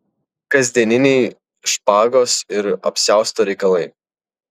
kasdieniniai špagos ir apsiausto reikalai